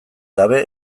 gabe